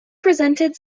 presented